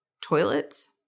toilets